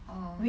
orh